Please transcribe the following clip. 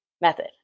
method